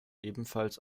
ebenfalls